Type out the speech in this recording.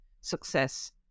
success